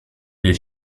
les